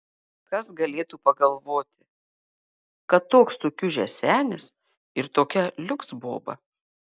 kas galėtų pagalvoti kad toks sukiužęs senis ir tokia liuks boba